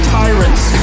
tyrants